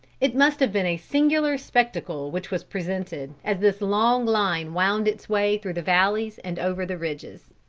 it must have been a singular spectacle which was presented, as this long line wound its way through the valleys and over the ridges.